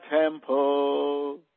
temple